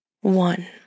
one